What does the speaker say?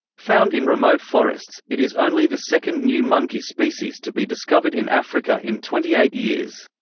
found in remote forests, it is only the second new monkey species to be discovered in africa in twenty eight years.